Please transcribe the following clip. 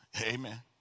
Amen